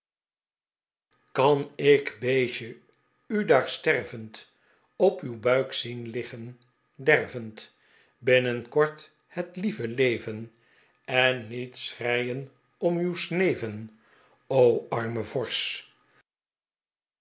kiui ik beeatjc u daar atervend op uw buik zlen liggen dervend binnenkort het iieve leven en niet schreien om uw sneven o arme